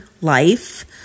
life